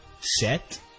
set